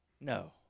No